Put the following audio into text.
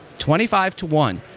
twenty five to one.